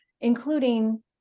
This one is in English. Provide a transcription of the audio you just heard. including